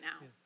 now